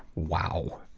wow,